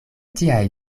tiaj